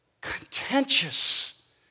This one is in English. contentious